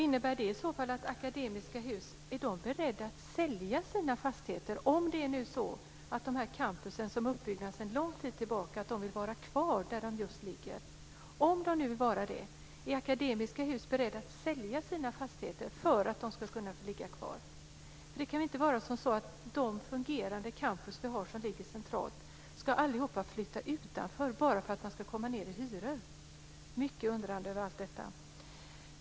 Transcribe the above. Innebär det i så fall att Akademiska Hus är beredda att sälja sina fastigheter om det nu är så att dessa campus, som är uppbyggda sedan lång tid tillbaka, vill vara kvar just där de ligger? Om de nu vill vara det, är då Akademiska Hus beredda att sälja sina fastigheter för att de ska kunna ligga kvar? Det kan inte vara så att de fungerande campus vi har som ligger centralt allihop ska flytta utanför städerna bara för att man ska få ned hyran. Jag ställer mig mycket undrande till allt detta.